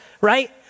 right